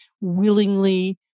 willingly